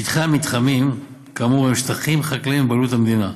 שטחי המתחמים כאמור הם שטחים חקלאיים בבעלות המדינה.